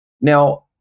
now